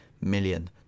million